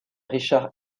richard